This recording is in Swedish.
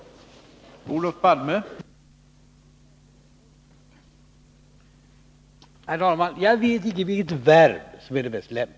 Måndagen den